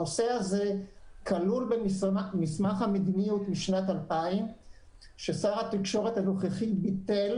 הנושא הזה כלול במסמך המדיניות משנת 2000 ששר התקשורת הנוכחי ביטל